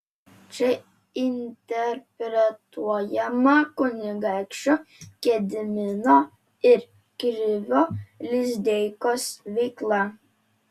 čia interpretuojama kunigaikščio gedimino ir krivio lizdeikos veikla